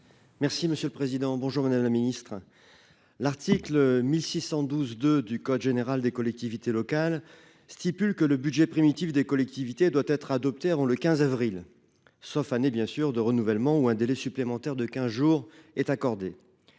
Merci, monsieur le Président, bonjour, madame la Ministre. L'article 1612 2 du code général des collectivités locales, stipule que le budget primitif des collectivités doit être adopté avant le 15 avril, sauf années bien sûr de renouvellement ou un délai supplémentaire de 15 jours est accordé.